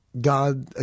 God